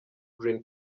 green